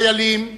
חיילים,